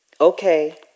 Okay